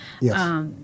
Yes